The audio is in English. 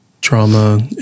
trauma